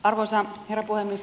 arvoisa herra puhemies